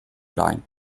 leihen